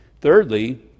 Thirdly